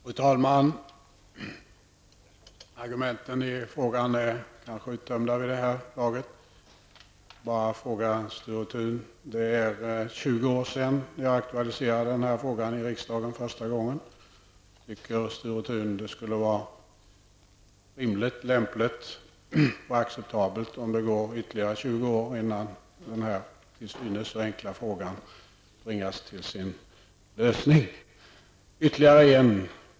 Fru talman! Argumenten i frågan är kanske uttömda vid det här laget. Jag vill bara ställa en fråga till Sture Thun. Det är 20 år sedan jag första gången aktualiserade den här frågan i riksdagen. Tycker Sture Thun att det skulle vara rimligt, lämpligt och acceptabelt om det går ytterligare 20 år innan den här till synes så enkla frågan bringas till sin lösning? Jag vill ta upp ytterligare en punkt.